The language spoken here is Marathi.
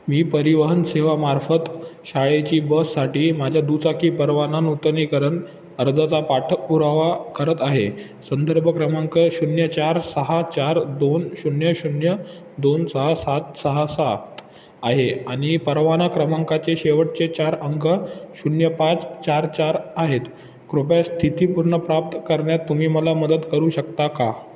मी परिवहन सेवामार्फत शाळेची बससाठी माझ्या दुचाकी परवाना नूतनीकरण अर्जाचा पाठपुरावा करत आहे संदर्भ क्रमांक शून्य चार सहा चार दोन शून्य शून्य दोन सहा सात सहा सात आहे आणि परवाना क्रमांकाचे शेवटचे चार अंक शून्य पाच चार चार आहेत कृपया स्थिती पूर्ण प्राप्त करण्यात तुम्ही मला मदत करू शकता का